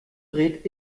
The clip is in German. dreht